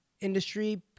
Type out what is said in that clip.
industry